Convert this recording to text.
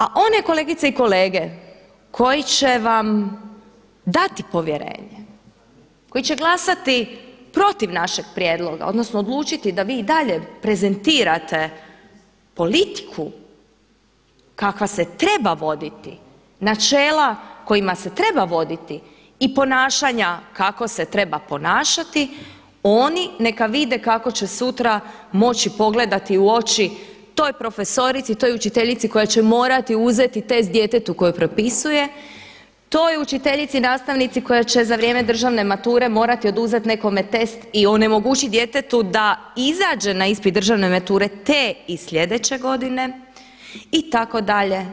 A one kolegice i kolege koji će vam dati povjerenje, koji će glasati protiv našeg prijedloga odnosno odlučiti da vi i dalje prezentirate politiku kakva se treba voditi, načela kojima se treba voditi i ponašanja kako se treba ponašati, oni neka vide kako će sutra moći pogledati u oči toj profesorici, toj učiteljici koja će morati uzeti test djetetu koji prepisuje, toj učiteljici, nastavnici koja će za vrijeme državne mature morati oduzeti nekome test i onemogućiti djetetu da izađe na ispit državne mature te i sljedeće godine itd.